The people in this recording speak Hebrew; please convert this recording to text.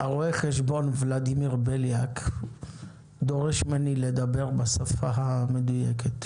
רואה החשבון ולדימיר בליאק דורש ממני לדבר בשפה המדויקת.